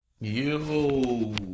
Yo